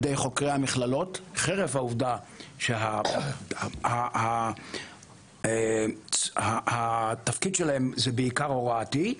חוקרי המכללות חרף העובדה שהתפקיד שלהם הוא בעיקר הוראתי.